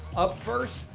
up first,